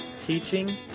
teaching